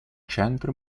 centro